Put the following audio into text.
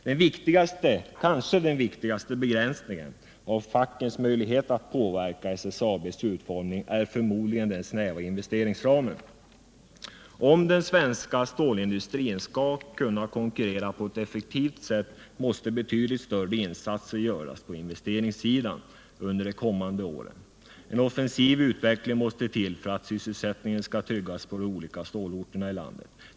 Den kanske viktigaste begränsningen av fackens möjlighet att påverka SSAB:s utformning är förmodligen den snäva investeringsramen. Om den svenska stålindustrin skall kunna konkurrera på ett effektivt sätt måste betydligt större insatser göras på investeringssidan under de kommande åren. En offensiv utveckling måste till för att sysselsättningen skall tryggas på de olika stålorterna i landet.